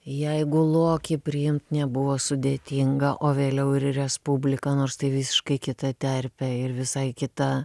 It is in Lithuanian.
jeigu lokį priimt nebuvo sudėtinga o vėliau ir respubliką nors tai visiškai kita terpė ir visai kita